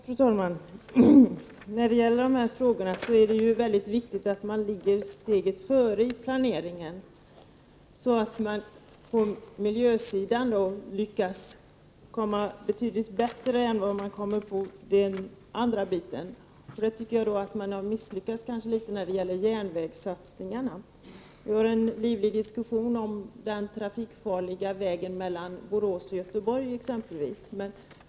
Fru talman! När det gäller dessa frågor är det mycket viktigt att ligga steget före i planeringen, så att man på miljösidan lyckas betydligt bättre än vad man gör på den andra biten. Jag tycker att man har misslyckats när det gäller järnvägssatsningarna. Vi har en livlig diskussion om den trafikfarliga vägen mellan Borås och Göteborg exempelvis.